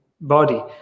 body